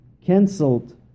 cancelled